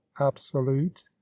absolute